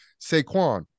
Saquon